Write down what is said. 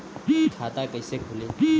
खाता कइसे खुली?